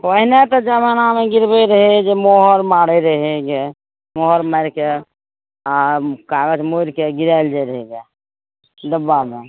पहिने तऽ जमानामे गिरबै रहै जे मोहर मारै रहै जे मोहर मारिके आ कागज मोड़िके गिराएल जाइ रहै जे डब्बामे